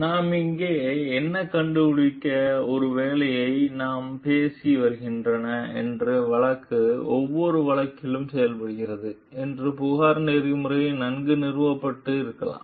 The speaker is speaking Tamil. நாம் இங்கே என்ன கண்டுபிடிக்க ஒருவேளை நாம் பேசி வருகின்றன என்று வழக்கு ஒவ்வொரு வழக்கில் செய்யப்படுகிறது என்று புகார் நெறிமுறை நன்கு நிறுவப்பட்ட இருக்கலாம்